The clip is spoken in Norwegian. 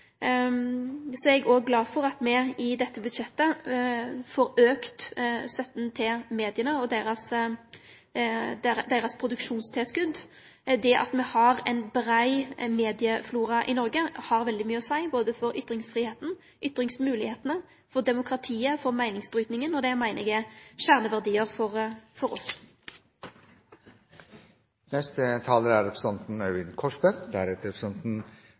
Så er eg òg glad for at me i dette budsjettet får auka støtta til media og deira produksjonstilskot. Det at me har ein brei medieflora i Noreg har svært mykje å seie både for ytringsfridomen, ytringsmoglegheitene, for demokratiet og for meiningsbrytinga. Det meiner eg er kjerneverdiar for oss. Jeg takker statsråden for